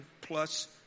plus